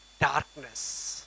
darkness